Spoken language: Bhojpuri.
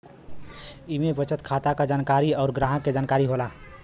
इम्मे बचत खाता क जानकारी अउर ग्राहक के जानकारी होला